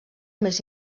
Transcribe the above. més